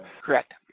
Correct